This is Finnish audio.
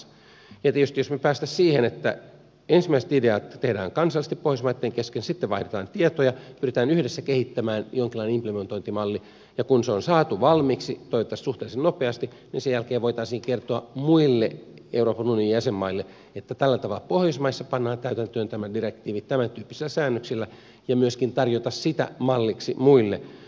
tietysti jos me pääsisimme siihen että ensimmäiset ideat tehdään kansallisesti pohjoismaitten kesken sitten vaihdetaan tietoja pyritään yhdessä kehittämään jonkinlainen implementointimalli ja kun se on saatu valmiiksi toivottavasti suhteellisen nopeasti niin sen jälkeen voitaisiin kertoa muille euroopan unionin jäsenmaille että tällä tavalla pohjoismaissa pannaan täytäntöön tämä direktiivi tämäntyyppisillä säännöksillä ja myöskin voitaisiin tarjota sitä malliksi muille